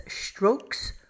strokes